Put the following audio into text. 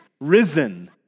risen